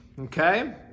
okay